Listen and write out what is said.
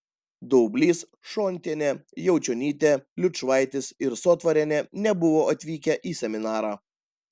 daublys šontienė juočionytė liučvaitis ir sotvarienė nebuvo atvykę į seminarą